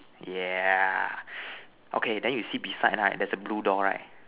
yeah okay then you see beside right there is a blue door right